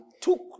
took